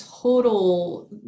total